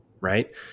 right